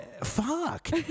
Fuck